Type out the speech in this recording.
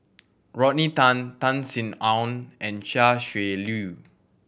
Rodney Tan Tan Sin Aun and Chia Shi Lu